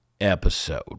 episode